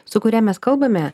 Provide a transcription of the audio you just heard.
su kuria mes kalbame